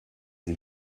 sie